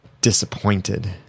disappointed